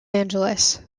angeles